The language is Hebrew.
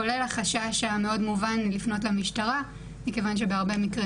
כולל החשש המאוד מובן לפנות למשטרה מכיוון שבהרבה מקרים